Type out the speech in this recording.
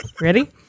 Ready